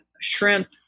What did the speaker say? shrimp